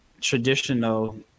traditional